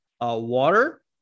water